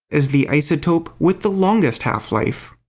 as the isotope with the longest half-life.